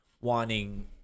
wanting